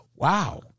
Wow